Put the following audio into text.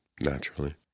Naturally